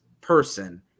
person